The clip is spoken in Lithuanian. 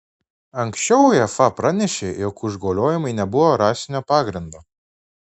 anksčiau uefa pranešė jog užgauliojimai nebuvo rasinio pagrindo